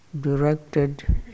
directed